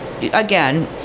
again